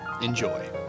Enjoy